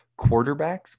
Quarterbacks